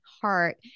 heart